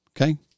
Okay